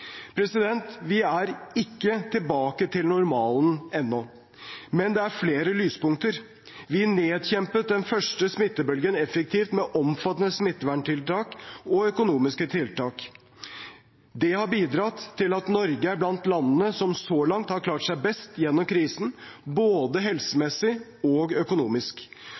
Vi er ikke tilbake til normalen ennå, men det er flere lyspunkter. Vi nedkjempet den første smittebølgen effektivt med omfattende smitteverntiltak og økonomiske tiltak. Det har bidratt til at Norge er blant landene som så langt har klart seg best gjennom krisen, både helsemessig og økonomisk.